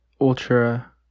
ultra